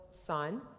son